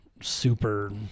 super